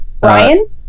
Brian